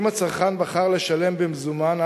אם הצרכן בחר לשלם במזומן,